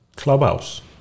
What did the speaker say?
clubhouse